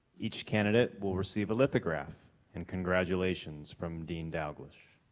each candidate will receive a lithograph and congratulations from dean dalglish.